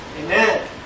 Amen